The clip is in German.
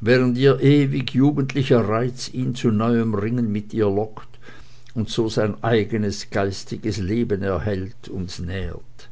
während ihr ewig jugendlicher reiz ihn zu neuem ringen mit ihr lockt und so sein eigenes geistiges leben erhält und nährt